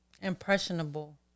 impressionable